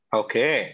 okay